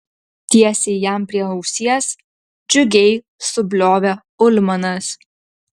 tiesiai jam prie ausies džiugiai subliovė ulmanas